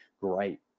great